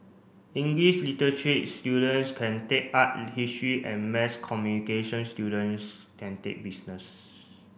English students can take art in history and mass communication students can take business